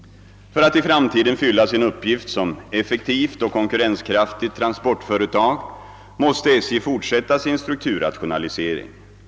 För att i framtiden fylla sin uppgift som effektivt och konkurrenskraftigt transportföretag måste SJ fortsätta sin strukturrationalisering.